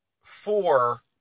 four